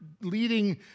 leading